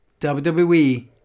WWE